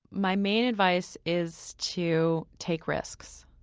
my main advice is to take risks.